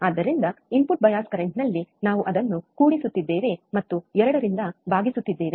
ಆದ್ದರಿಂದ input bias ಕರೆಂಟ್ನಲ್ಲಿ ನಾವು ಅದನ್ನು ಕೂಡಿಸುತಿದ್ದೇವೆ ಮತ್ತು 2 ರಿಂದ ಭಾಗಿಸುತ್ತಿದ್ದೇವೆ